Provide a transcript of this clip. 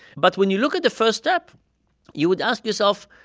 but when you look at the first step you would ask yourself,